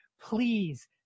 Please